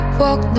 walk